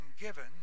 given